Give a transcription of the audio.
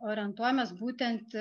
orientuojamės būtent